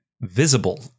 visible